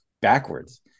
backwards